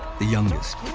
the youngest,